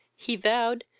he vowed,